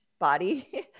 body